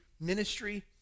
ministry